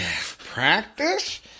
Practice